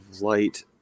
light